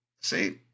See